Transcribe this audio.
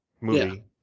movie